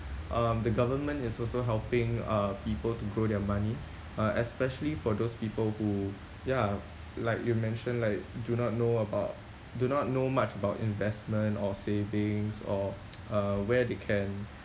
um the government is also helping uh people to grow their money uh especially for those people who ya like you mentioned like do not know about do not know much about investment or savings or uh where they can